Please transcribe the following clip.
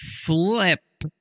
flip